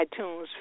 iTunes